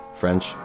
French